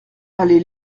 allée